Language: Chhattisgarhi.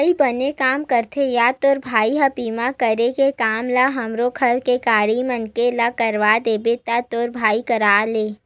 अई बने काम करथे या तोर भाई ह बीमा करे के काम ल हमरो घर के गाड़ी मन के ला करवा देबे तो तोर भाई करा ले